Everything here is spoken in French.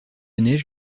neige